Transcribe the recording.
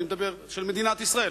אני מתכוון: רצונה של מדינת ישראל,